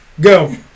Go